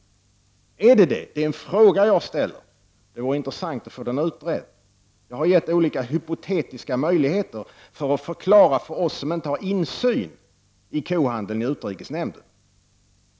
Är det så? Jag ställer en fråga? Och det vore intressant att få den utredd. Jag har angivit olika hypotetiska möjligheter. Förklara för oss som inte har insyn i kohandeln i utrikesnämnden.